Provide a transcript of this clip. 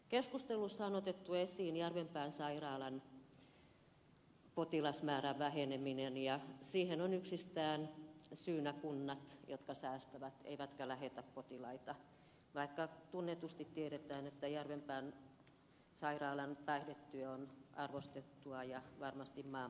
keskustelussa on otettu esiin järvenpään sairaalan potilasmäärän väheneminen ja siihen on yksistään syynä kunnat jotka säästävät eivätkä lähetä potilaita vaikka tunnetusti tiedetään että järvenpään sairaalan päihdetyö on arvostettua ja varmasti maan parasta